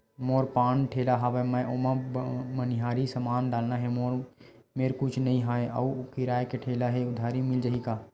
मोर पान ठेला हवय मैं ओमा मनिहारी समान डालना हे मोर मेर कुछ नई हे आऊ किराए के ठेला हे उधारी मिल जहीं का?